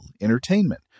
entertainment